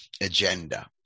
agenda